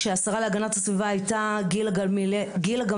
כשהשרה להגנת הסביבה הייתה גילה גמליאל,